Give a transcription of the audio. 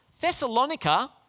Thessalonica